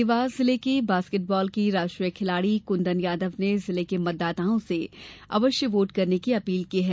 देवास शहर के बास्केटबाल की राष्ट्रीय खिलाड़ी कुन्दन यादव ने जिले के मतदाताओं से वोट अवश्य करने की अपील की है